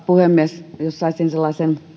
puhemies jos saisin sellaisen